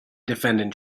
defendant